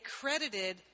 credited